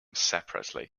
separately